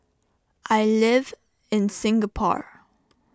I live in Singapore